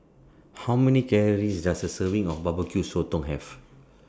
How Many Calories Does A Serving of Barbecue Sotong Have